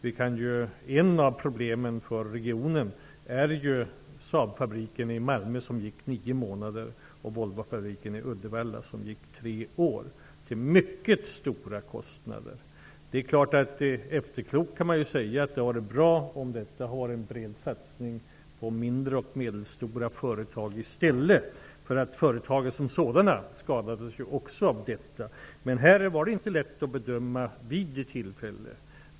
Ett problem för regionen är ju att Saabfabriken i Malmö gick i bara nio månader och Volvofabriken i Uddevalla endast i tre år, till mycket stora kostnader. Efterklokt kan man säga att det hade varit bra om det i stället hade gjorts en bred satsning på mindre och medelstora företag. Också företagen som sådana skadades av det som inträffade, men detta var inte lätt att bedöma vid de aktuella tillfällena.